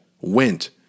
went